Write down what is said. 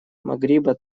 магриба